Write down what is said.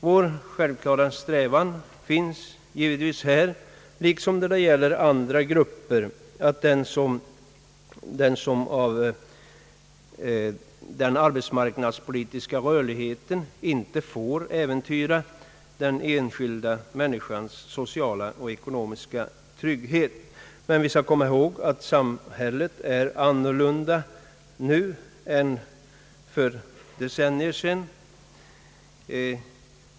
Vår självklara strävan är här liksom när det gäller andra grupper att den arbetsmarknadspolitiska rörligheten inte får äventyra den enskilda människans sociala och ekonomiska trygghet. Vi skall dock komma ihåg att samhället är annorlunda nu än för decennier sedan.